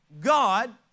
God